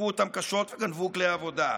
היכו אותם קשות וגנבו כלי עבודה,